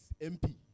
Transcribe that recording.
MP